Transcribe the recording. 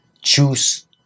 choose